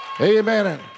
Amen